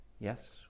Yes